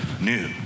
new